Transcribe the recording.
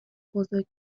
بزرگ